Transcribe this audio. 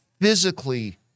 physically